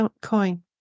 coin